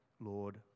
Lord